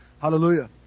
Hallelujah